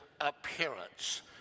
appearance